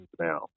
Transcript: now